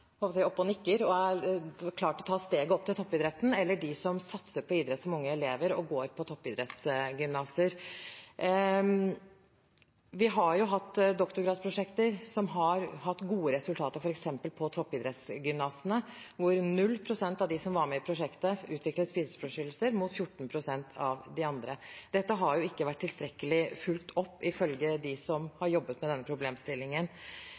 og nikker, som har klart å ta steget opp til toppidretten, eller de som satser på idrett som unge elever, og som går på toppidrettsgymnaser. Vi har hatt doktorgradsprosjekter som har hatt gode resultater, f.eks. på toppidrettsgymnasene, hvor 0 pst. av dem som var med i prosjektene, utviklet spiseforstyrrelser, mot 14 pst. av de andre. Dette har ikke vært tilstrekkelig fulgt opp, ifølge de som har jobbet med denne problemstillingen.